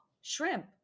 shrimp